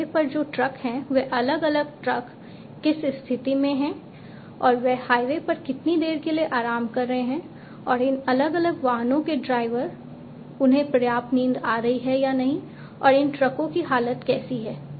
highway पर जो truck हैं वे अलग अलग ट्रक किस स्थिति में हैं और वे हाईवे पर कितनी देर के लिए आराम कर रहे हैं और इन अलग अलग वाहनों के ड्राइवर उन्हें पर्याप्त नींद आ रही है या नहीं और इन ट्रकों की हालत कैसी है